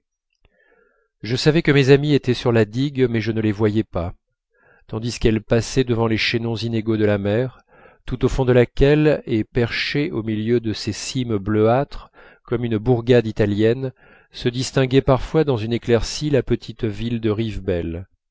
je savais que mes amies étaient sur la digue mais je ne les voyais pas tandis qu'elles passaient devant les chaînons inégaux de la mer tout au fond de laquelle et perchée au milieu de ses cimes bleuâtres comme une bourgade italienne se distinguait parfois dans une éclaircie la petite ville de